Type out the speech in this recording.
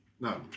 No